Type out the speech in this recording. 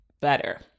better